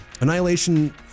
Annihilation